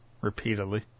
repeatedly